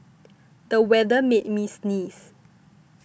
the weather made me sneeze